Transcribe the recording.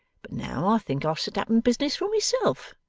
but now i think i'll set up in business for myself.